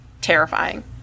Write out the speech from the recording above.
Terrifying